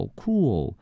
cool 。